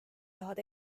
tahad